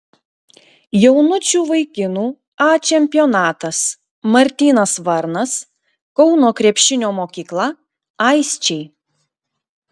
jaunučių vaikinų a čempionatas martynas varnas kauno krepšinio mokykla aisčiai